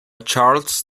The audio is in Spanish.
charles